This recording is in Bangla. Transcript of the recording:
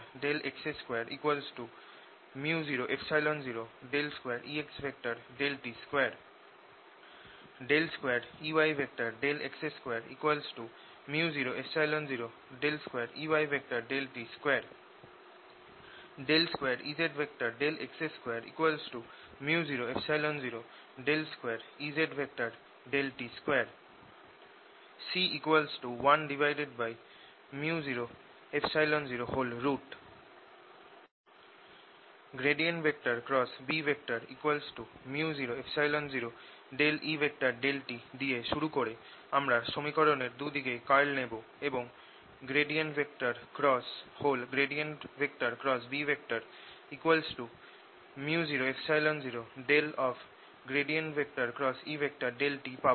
2Exx2 µ002Ext2 2Eyx2 µ002Eyt2 2Ezx2 µ002Ezt2 C 1µ00 Bµ00E∂t দিয়ে শুরু করে আমরা সমীকরণের দু দিকেই কার্ল নেব এবং B µ00∂∂t পাবো